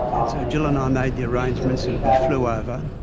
and so jill and i made the arrangements and we flew ah over.